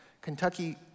Kentucky